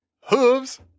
hooves